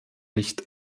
nicht